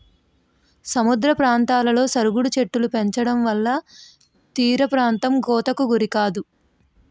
సముద్ర తీరాలలో సరుగుడు చెట్టులు పెంచడంవల్ల తీరప్రాంతం కోతకు గురికాదు